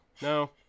no